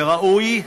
וראוי,